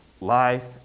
life